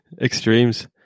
Extremes